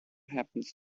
happens